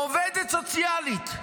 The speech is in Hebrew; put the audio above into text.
עובדת סוציאלית,